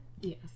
Yes